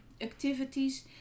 activities